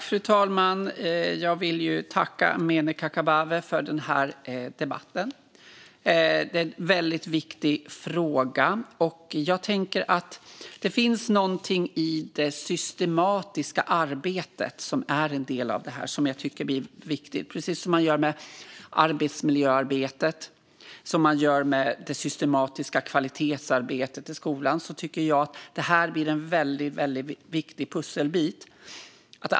Fru talman! Jag vill tacka Amineh Kakabaveh för debatten i en väldigt viktig fråga. Det systematiska arbetet blir en viktig pusselbit, precis som när det gäller arbetsmiljöarbete och det systematiska kvalitetsarbetet i skolan.